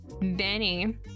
benny